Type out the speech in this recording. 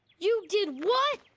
you did what?